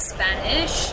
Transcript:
Spanish